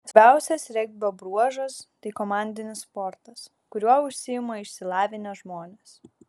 svarbiausias regbio bruožas tai komandinis sportas kuriuo užsiima išsilavinę žmonės